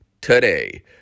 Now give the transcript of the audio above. today